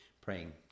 praying